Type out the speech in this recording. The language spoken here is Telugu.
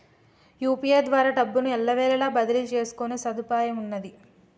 యూ.పీ.ఐ ద్వారా డబ్బును ఎల్లవేళలా బదిలీ చేసుకునే సదుపాయమున్నాది